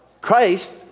Christ